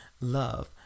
love